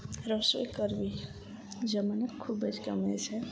રસોઈ કરવી જમવું ખૂબ જ ગમે છે